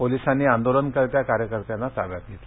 पोलिसांनी आंदोलनकर्त्या कार्यकर्त्यांना ताब्यात घेतलं